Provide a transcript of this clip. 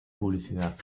publicidad